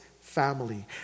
family